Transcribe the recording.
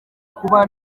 kuba